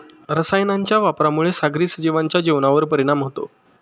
रसायनांच्या वापरामुळे सागरी सजीवांच्या जीवनावर परिणाम होतो